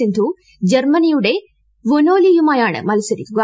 സിന്ധു ജ്ടർമ്മനിയുടെ വൊനോലിയുമായാണ് മൽസരിക്കുക